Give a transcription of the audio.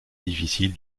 difficile